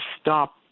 stop